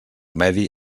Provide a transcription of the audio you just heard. medi